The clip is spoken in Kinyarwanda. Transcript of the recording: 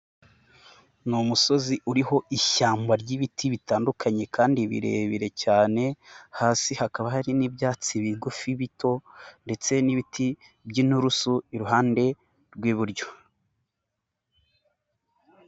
Ni umusozi uriho ishyamba ry'ibiti bitandukanye kandi birebire cyane, hasi hakaba hari n'ibyatsi bigufi bito ndetse n'ibiti by'inturusu iruhande rw'iburyo.